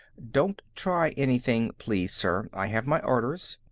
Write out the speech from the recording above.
don't try anything, please, sir. i have my orders.